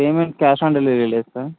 payment cash on delivery ఇవి లేదా sir